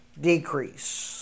decrease